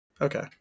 Okay